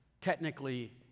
technically